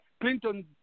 Clinton